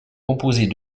composée